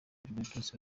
juventus